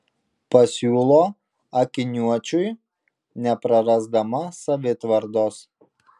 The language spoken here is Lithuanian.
pasiūlo akiniuočiui neprarasdama savitvardos